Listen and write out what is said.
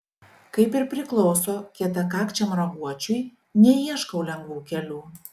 kaip ir priklauso kietakakčiam raguočiui neieškau lengvų kelių